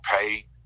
pay